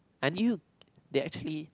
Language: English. I knew they actually